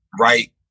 right